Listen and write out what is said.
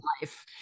Life